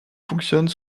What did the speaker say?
fonctionne